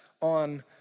on